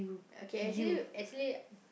okay actually actually